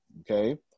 okay